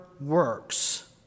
works